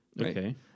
Okay